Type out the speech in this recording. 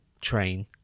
train